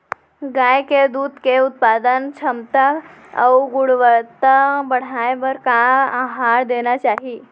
गाय के दूध के उत्पादन क्षमता अऊ गुणवत्ता बढ़ाये बर का आहार देना चाही?